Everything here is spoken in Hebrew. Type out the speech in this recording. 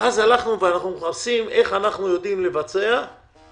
אנחנו בודקים איך אנחנו יודעים לבצע כך